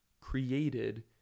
created